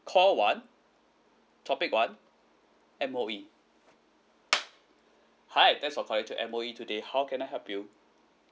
call one topic one M_O_E hi thanks for calling to M_O_E today how can I help you